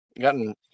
gotten